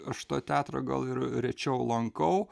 aš to teatro gal ir rečiau lankau